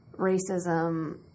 racism